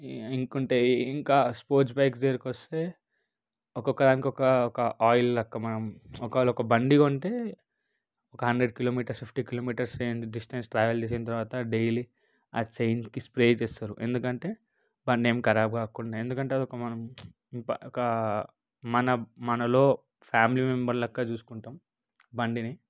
ఇంకా ఉంటాయి ఇంకా స్పోర్ట్స్ బైక్స్ దగ్గరకొస్తే ఒక్కొక్కదానికి ఒక ఒక ఆయిల్ లాగా మనం ఒకవేళ ఒక బండి కొంటే ఒక హండ్రెడ్ కిలోమీటర్స్ ఫిఫ్టీ కిలోమీటర్స్ అంత డిస్టెన్స్ ట్రావెల్ చేసిన తర్వాత డైలీ ఆ చైన్కి స్ప్రే చేస్తారు ఎందుకంటే బండి ఏమి ఖరాబ్ కాకుండా ఎందుకంటే అదొక మన ఒక మన మనలో ఫ్యామిలీ మెంబర్ లాగా చూసుకుంటాం బండిని